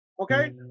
Okay